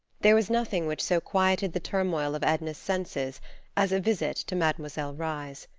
there was nothing which so quieted the turmoil of edna's senses as a visit to mademoiselle reisz.